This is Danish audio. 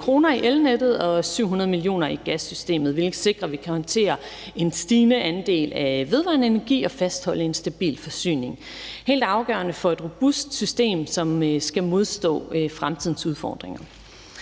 kr. i elnettet og 700 mio. kr. i gassystemet, hvilket sikrer, at vi kan håndtere en stigende andel af vedvarende energi og fastholde en stabil forsyning. Det er helt afgørende for et robust system, som skal modstå fremtidens udfordringer.